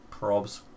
Probs